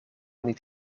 niet